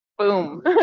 Boom